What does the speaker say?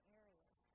areas